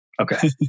Okay